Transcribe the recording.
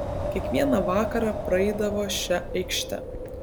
kiekvieną vakarą praeidavo šia aikšte